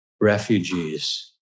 refugees